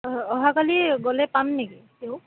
হয় অহাকালি গ'লে পাম নেকি তেওঁক